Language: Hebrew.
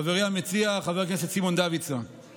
חברי המציע חבר הכנסת סימון דוידסון,